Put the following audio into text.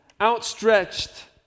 outstretched